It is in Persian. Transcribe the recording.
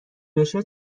بشه